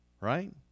right